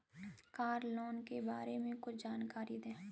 Car loan के बारे में कुछ जानकारी दें?